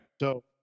So-